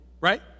right